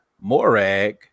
Morag